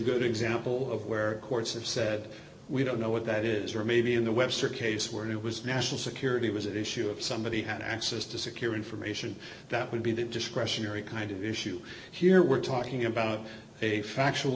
good example of where courts have said we don't know what that is or maybe in the webster case where it was national security was an issue if somebody had access to secure information that would be that discretionary kind of issue here we're talking about a factual